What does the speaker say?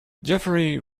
jeffery